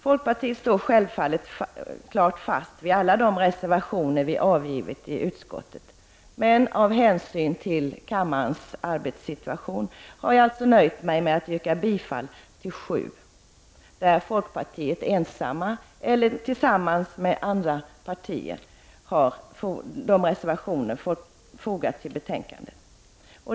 Folkpartiet står självfallet fast vid alla de reservationer som vi har avgivit till utskottets betänkande, men av hänsyn till kammarens arbetssituation har jag nöjt mig med att yrka bifall till sju av de reservationer som folkpartiet, ensamt eller tillsammans med andra partier, har fogat till betänkandet.